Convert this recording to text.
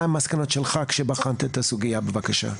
מה המסקנות שלך כשבחנת את הסוגיה, בבקשה?